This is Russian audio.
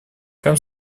как